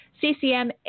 CCM